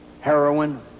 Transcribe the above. heroin